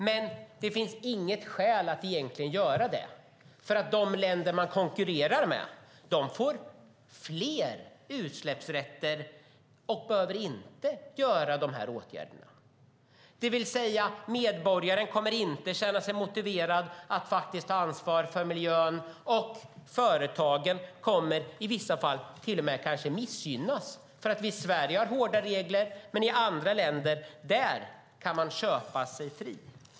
Men det finns egentligen inte något skäl att göra det eftersom de länder som den konkurrerar med får fler utsläppsrätter och behöver inte vidta dessa åtgärder. Medborgaren kommer alltså inte att känna sig motiverad att ta ansvar för miljön, och företagen kommer i vissa fall till och med att missgynnas för att vi i Sverige har hårda regler medan man i andra länder kan köpa sig fri.